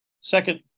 Second